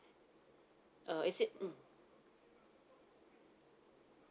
uh is it mm